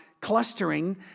clustering